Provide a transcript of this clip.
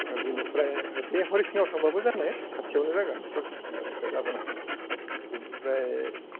बिनिफ्राय बे हरिसिंगायाव थांब्लाबो जानाय खाथियावनो जागोन हरसिंगानिफ्राय लाबोनो हानाय बिनिफ्राय